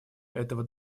этого